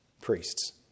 priests